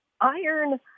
iron